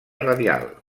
radial